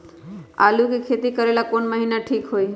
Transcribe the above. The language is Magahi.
आलू के खेती करेला कौन महीना ठीक होई?